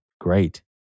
Great